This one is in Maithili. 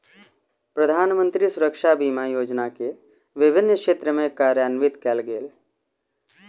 प्रधानमंत्री सुरक्षा बीमा योजना के विभिन्न क्षेत्र में कार्यान्वित कयल गेल